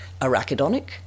arachidonic